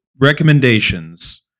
recommendations